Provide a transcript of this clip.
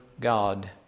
God